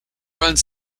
runs